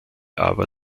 aber